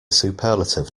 superlative